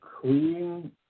clean